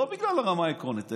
לא בגלל הרמה העקרונית,